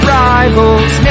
rivals